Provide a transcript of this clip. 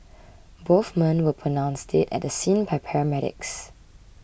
both men were pronounced dead at the scene by paramedics